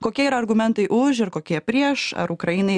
kokie yra argumentai už ir kokie prieš ar ukrainai